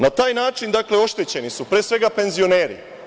Na taj način oštećeni su pre svega penzioneri.